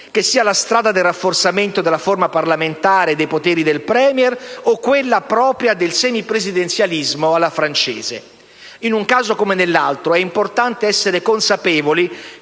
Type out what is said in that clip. che sia la strada del rafforzamento della forma parlamentare e dei poteri del *Premier* o quella propria del semipresidenzialismo alla francese. In un caso come nell'altro, è importante essere consapevoli